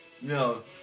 No